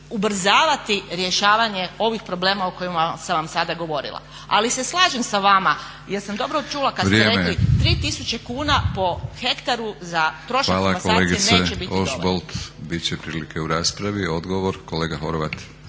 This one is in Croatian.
ubrzavati rješavanje ovih problem o kojim sam vam sada govorila. Ali se slažem sa vama jer ste dobro čula kada ste rekli 3.000 kuna po hektaru za trošak komasacije neće biti dovoljno. **Batinić, Milorad (HNS)** Hvala kolegice Ožbolt. Odgovor kolega Horvat.